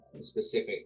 specific